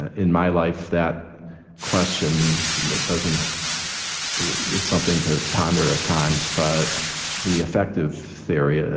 in my life, that question doesn't it's something to ponder at times, but the effective theory ah